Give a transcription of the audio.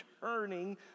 turning